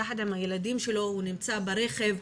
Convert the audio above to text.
יחד עם הילדים שלו הוא נמצא ברכב.